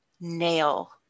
nail